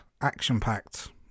action-packed